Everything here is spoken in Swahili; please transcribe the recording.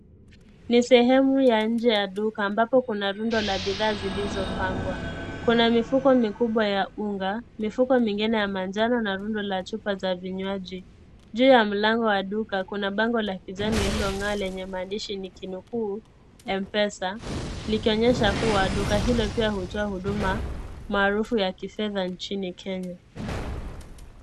Ni sehemu ya nje ya duka ambapo kuna rundo la bidhaa zilizopangwa. Kuna mifuko mikubwa ya unga, mifuko mingine ya manjano na rundo la chupa za vinywaji. Juu ya mlango wa duka, kuna bango la kijani lililong'aa lenye maandishi nikinukuu M-pesa, likionyesha kuwa duka hilo pia hutoa huduma maarufu ya kifedha nchini Kenya.